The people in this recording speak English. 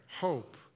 hope